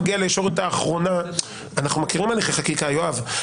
אנחנו מכירים הליכי חקיקה, יואב.